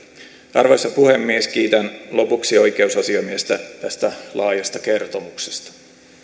arvoisa puhemies kiitän lopuksi oikeusasiamiestä tästä laajasta kertomuksesta